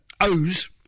O's